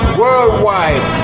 worldwide